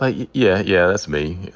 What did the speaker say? ah yeah yeah. yeah, that's me.